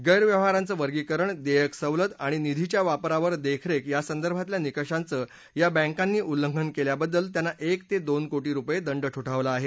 गैरव्यवहाराचं वर्गीकरण देयक सवलत आणि निधीच्या वापरावर देखरेख यासंदर्भातल्या निकषांचं या बँकांनी उल्लघन केल्याबद्दल त्यांना एक ते दोन कोटी रुपये दंड ठोठावला आहे